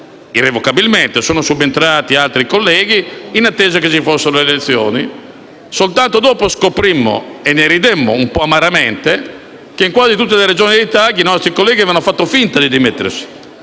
irrevocabilmente e ci subentrarono altri colleghi, in attesa che vi fossero le elezioni. Soltanto dopo scoprimmo (e ne ridemmo, un po' amaramente) che in quasi tutte le Regioni di Italia i nostri colleghi avevano fatto finta di dimettersi